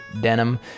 Denim